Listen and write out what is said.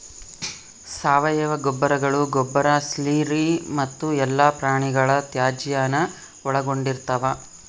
ಸಾವಯವ ಗೊಬ್ಬರಗಳು ಗೊಬ್ಬರ ಸ್ಲರಿ ಮತ್ತು ಎಲ್ಲಾ ಪ್ರಾಣಿಗಳ ತ್ಯಾಜ್ಯಾನ ಒಳಗೊಂಡಿರ್ತವ